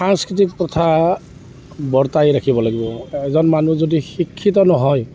সাংস্কৃতিক প্ৰথা বৰ্তাই ৰাখিব লাগিব এজন মানুহ যদি শিক্ষিত নহয়